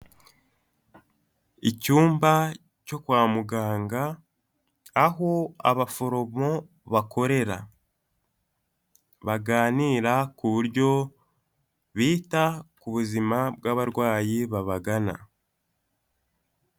Icyumba cyo kwa muganga aho abaforomo bakorera, baganira ku buryo bita ku buzima bw'abarwayi babagana.